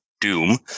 Doom